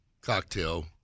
cocktail